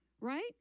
Right